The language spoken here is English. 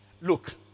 look